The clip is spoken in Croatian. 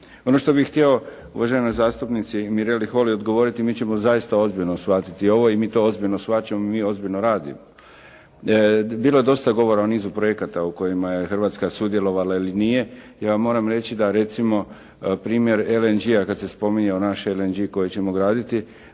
Ono što bih htio uvaženoj zastupnici Mireli Holy odgovoriti mi ćemo zaista ozbiljno shvatiti ovo i mi to ozbiljno shvaćamo. Mi ozbiljno radimo. Bilo je dosta govora o nizu projekata u kojima je Hrvatska sudjelovala ili nije. Ja vam moram reći da recimo primjer LNG-a kad se spominjao naš LNG koji ćemo graditi